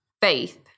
faith